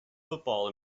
football